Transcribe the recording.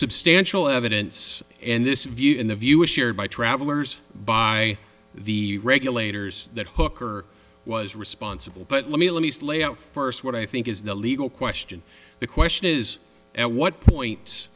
substantial evidence and this view in the view is shared by travelers by the regulators that hooker was responsible but let me let me just lay out first what i think you the legal question the question is at what point